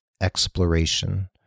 exploration